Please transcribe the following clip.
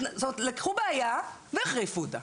לקחו בעיה והחריפו אותה.